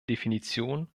definition